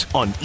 on